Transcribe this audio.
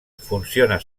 funciona